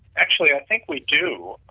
actually i think we do.